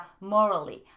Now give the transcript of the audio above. morally